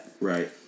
Right